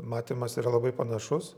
matymas yra labai panašus